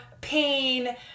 pain